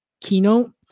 keynote